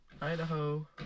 Idaho